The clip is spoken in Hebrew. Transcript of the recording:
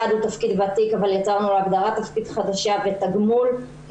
אחד הוא תפקיד ותיק אבל יצרנו לו הגדרת תפקיד חדשה ותגמול כי